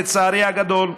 לצערי הגדול,